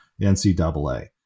NCAA